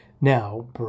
Now